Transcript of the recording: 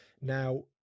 Now